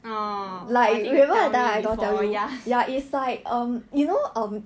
uh I think you tell me before